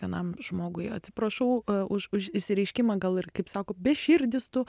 vienam žmogui atsiprašau už už išsireiškimą gal ir kaip sako beširdis tu